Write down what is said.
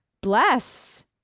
bless